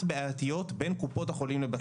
בעייתיות בין קופות החולים לבתי החולים.